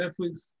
Netflix